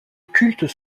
cultes